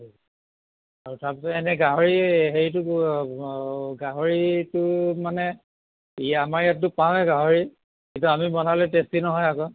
আৰু তাৰপিছত এনে গাহৰি হেৰিটো অ' গাহৰিটোত মানে আমাৰ ইয়াততো পাওঁৱে গাহৰি কিন্তু আমি বনালে টেষ্টি নহয় আক'